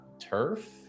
Turf